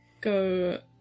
Go